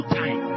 time